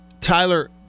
Tyler